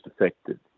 affected